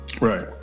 Right